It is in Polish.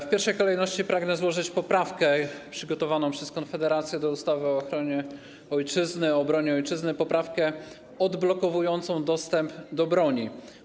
W pierwszej kolejności pragnę złożyć poprawkę przygotowaną przez Konfederację do ustawy o obronie Ojczyzny, poprawkę odblokowującą dostęp do broni.